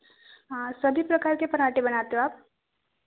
हाँ सभी प्रकार के पराँठे बनाते हो आप